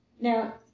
Now